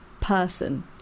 person